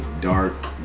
dark